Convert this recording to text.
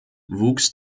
wuchs